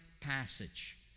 passage